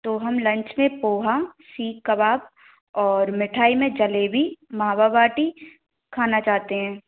तो हम लंच में पोहा सीक कबाब और मिठाई में जलेबी मावा बाटी खाना चाहते हैं